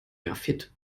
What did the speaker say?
graphit